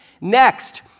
Next